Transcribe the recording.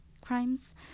crimes